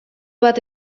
bat